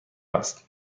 است